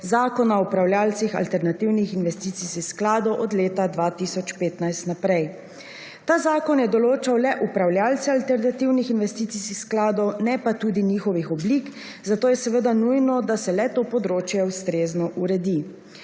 Zakona o upravljavcih alternativnih investicijskih skladov od leta 2015 naprej. Ta zakon je določal le upravljavce alternativnih investicijskih skladov ne pa tudi njihovih oblik, zato je seveda nujno, da se le to področje ustrezno uredi.